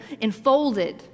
enfolded